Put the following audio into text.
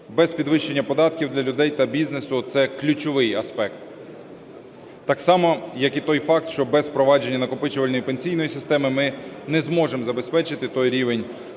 без підвищення податків для людей та бізнесу, це ключовий аспект. Так само, як і той факт, щоб без впровадження накопичувальної пенсійної системи ми не зможемо забезпечити той рівень